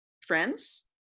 friends